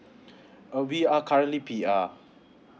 uh we are currently P_R